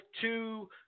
two